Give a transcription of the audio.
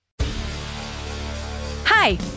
Hi